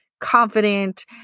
confident